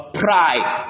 pride